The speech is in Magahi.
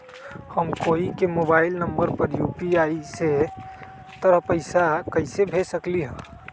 हम कोई के मोबाइल नंबर पर यू.पी.आई के तहत पईसा कईसे भेज सकली ह?